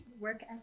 work